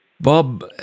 Bob